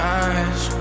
eyes